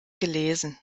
gelesen